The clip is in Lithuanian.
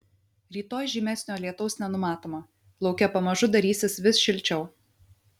rytoj žymesnio lietaus nenumatoma lauke pamažu darysis vis šilčiau